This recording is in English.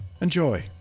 Enjoy